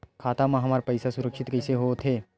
खाता मा हमर पईसा सुरक्षित कइसे हो थे?